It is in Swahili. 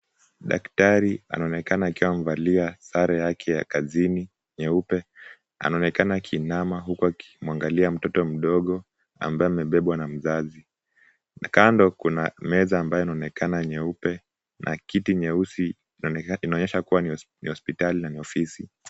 Daktari anaonekana akiwa amevalia sare yake ya kazini nyeupe, anaonekana akiinama huku akimuangalia mtoto mdogo ambaye amebebwa na mzazi na kando kuna meza ambayo inaonekana nyeupe na kiti nyeusi inaonyesha kuwa ni hospitali na ni ofisi.